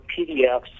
PDFs